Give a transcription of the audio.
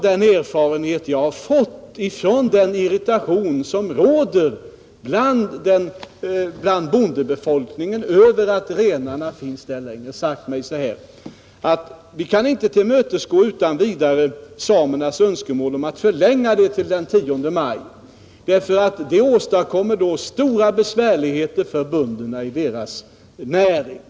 Med anledning av den irritation som råder bland bondebefolkningen på grund av att renarna finns kvar längre i markerna, har jag sagt mig att vi tills vidare inte skall tillmötesgå samernas önskemål att förlänga tiden för vinterbete till den 10 maj, eftersom det medför stora besvärligheter för bönderna i deras näring.